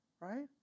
right